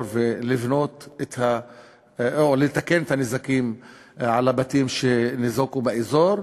ולבנות או לתקן את הנזקים שנגרמו לבתים באזור,